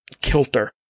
kilter